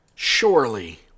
Surely